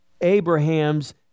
Abraham's